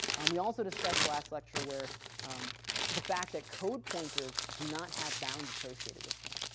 we also discussed last lecture, where the fact that code pointers do not have bounds associated with them,